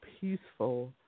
peaceful